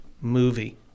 movie